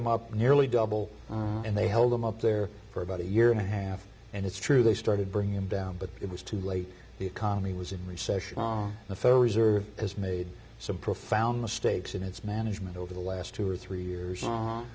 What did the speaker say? him up nearly double and they held him up there for about a year and a half and it's true they started bringing him down but it was too late the economy was in recession on the federal reserve has made some profound mistakes in its management over the last two or three years